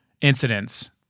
incidents